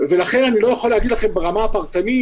לכן אני לא יכול להגיד לכם ברמה הפרטנית,